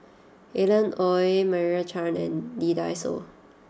Alan Oei Meira Chand and Lee Dai Soh